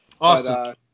awesome